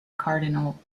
cardinal